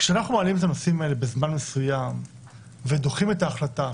כשאנחנו מעלים את הנושאים האלה בזמן מסוים ודוחים את ההחלטה,